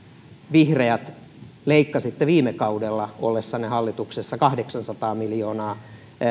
vihreät leikkasitte viime kaudella ollessanne hallituksessa kahdeksansataa miljoonaa